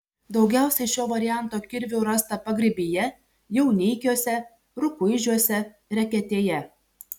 daugiausiai šio varianto kirvių rasta pagrybyje jauneikiuose rukuižiuose reketėje